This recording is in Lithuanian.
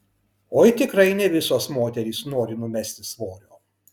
oi tikrai ne visos moterys nori numesti svorio